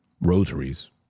rosaries